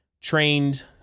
trained